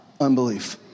Unbelief